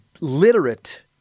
literate